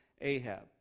Ahab